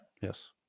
Yes